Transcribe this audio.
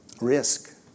risk